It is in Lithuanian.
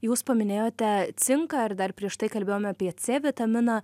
jūs paminėjote cinką ir dar prieš tai kalbėjome apie c vitaminą